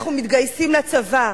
אנחנו מתגייסים לצבא,